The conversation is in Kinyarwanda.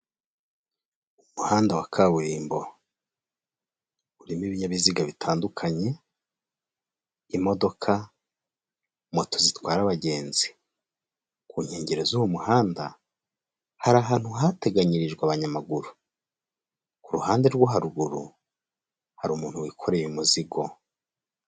Umuhanda wa kaburimbo, urimo ibinyabiziga bitandukanye, imodoka, moto zitwara abagenzi, ku nkengero z'uwo muhanda, hari ahantu hateganyirijwe abanyamaguru, ku ruhande rwo haruguru hari umuntu wikoreye umuzigo.